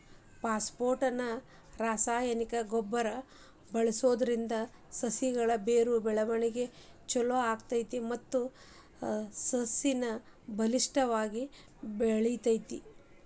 phosphate ನ ರಾಸಾಯನಿಕ ಗೊಬ್ಬರ ಬಳ್ಸೋದ್ರಿಂದ ಸಸಿಗಳ ಬೇರು ಬೆಳವಣಿಗೆ ಚೊಲೋ ಆಗ್ತೇತಿ ಮತ್ತ ಸಸಿನು ಬಲಿಷ್ಠವಾಗಿ ಬೆಳಿತೇತಿ